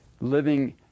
living